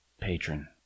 patron